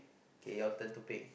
kay your turn to pick